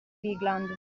bigland